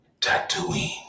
Tatooine